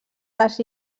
les